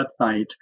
website